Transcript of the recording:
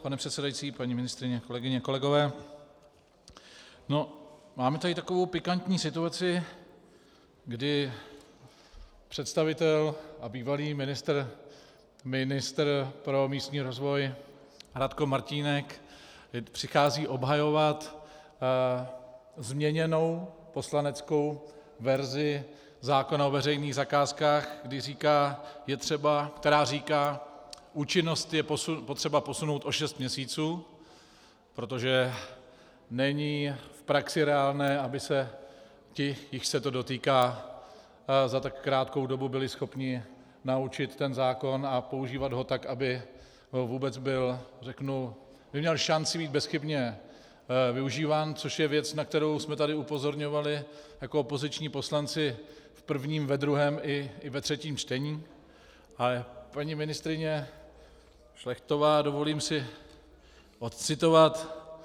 Pane předsedající, paní ministryně, kolegyně, kolegové, máme tady takovou pikantní situaci, kdy představitel a bývalý ministr pro místní rozvoj Radko Martínek přichází obhajovat změněnou poslaneckou verzi zákona o veřejných zakázkách, která říká: účinnost je potřeba posunout o šest měsíců, protože není v praxi reálné, aby se ti, jichž se do dotýká, za tak krátkou dobu byli schopni naučit ten zákon a používat ho tak, aby vůbec měl šanci být bezchybně využíván, což je věc, na kterou jsme tady upozorňovali jako opoziční poslanci v prvním, ve druhém i ve třetím čtení, ale paní ministryně Šlechtová, dovolím si odcitovat: